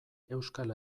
euskal